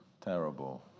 terrible